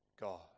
God